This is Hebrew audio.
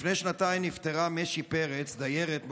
לפני שנתיים נפטרה משי פרץ, דיירת במעון,